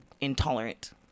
intolerant